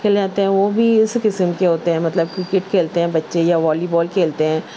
کھیلے جاتے ہیں وہ بھی اسی قسم کے ہوتے ہیں مطلب کرکٹ کھیلتے ہیں بچے یا والی بال کھیلتے ہیں